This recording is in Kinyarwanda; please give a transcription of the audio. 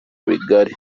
bigari